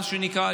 מה שנקרא,